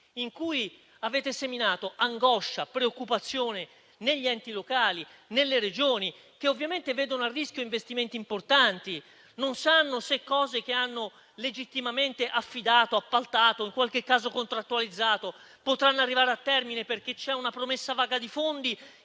in cui avete seminato angoscia e preoccupazione negli enti locali e nelle Regioni, che ovviamente vedono a rischio investimenti importanti, non sanno se cose che hanno legittimamente affidato, appaltato e in qualche caso contrattualizzato, potranno arrivare a termine perché c'è una promessa vaga di fondi